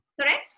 correct